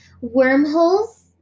wormholes